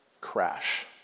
crash